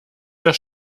das